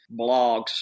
blogs